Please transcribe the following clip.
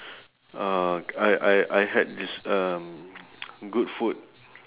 uh I I I had this um good food